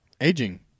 aging